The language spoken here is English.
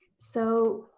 so